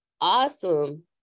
awesome